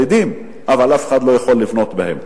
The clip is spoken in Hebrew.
אבל אף אחד לא יכול לבנות בהם.